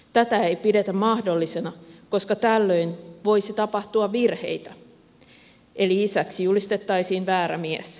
tätä ei pidetä mahdollisena koska tällöin voisi tapahtua virheitä eli isäksi julistettaisiin väärä mies